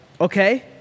okay